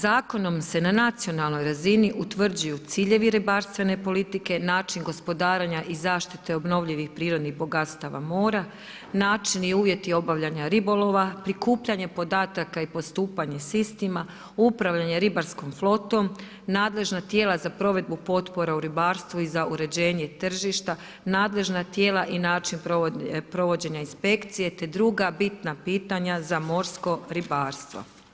Zakonom se na nacionalnoj razini utvrđuju ciljevi ribarstvene politike, način gospodarenja i zaštita obnovljivih prirodnih bogatstava mora, načini i uvjeti obavljanja ribolova, prikupljanje podataka i postupanje s istima, upravljanje ribarskom flotom, nadležna tijela za provedbu potpora u ribarstvu i za uređenje tržišta, nadležna tijela i način provođenje inspekcije, te druga bitna pitanja za morsko ribarstvo.